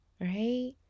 right